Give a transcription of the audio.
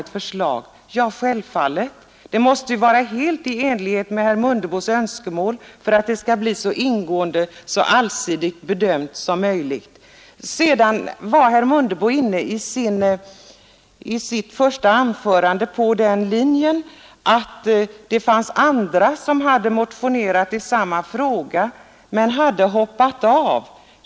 Ja, självfallet. Det måste vara helt i enlighet med herr Mundebos önskemål om att frågan skall bli så ingående och allsidigt bedömd som möjligt. I sitt första anförande var herr Mundebo inne på den linjen att det fanns andra som hade motionerat i samma fråga men som hade hoppat av.